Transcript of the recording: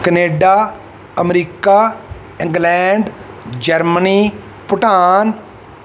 Canada America England Germany Bhutan